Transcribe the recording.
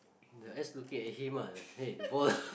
the ass looking at him ah hey the ball